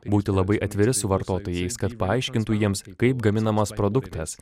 būti labai atviri su vartotojais kad paaiškintų jiems kaip gaminamas produktas